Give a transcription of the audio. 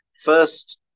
First